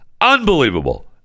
unbelievable